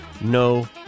no